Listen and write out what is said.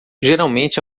geralmente